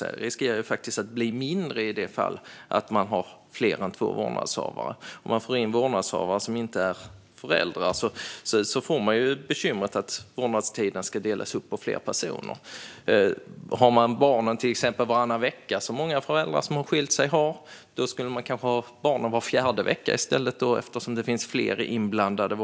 Den riskerar ju att bli mindre ifall man har fler än två vårdnadshavare. Om man får in vårdnadshavare som inte är föräldrar får man bekymret att vårdnadstiden ska delas upp på fler personer. Många föräldrar som har skilt sig har barnen varannan vecka. Om det finns fler inblandade vårdnadshavare skulle man kanske ha barnen var fjärde vecka i stället.